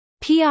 PR